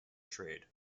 trade